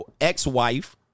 ex-wife